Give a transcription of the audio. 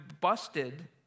busted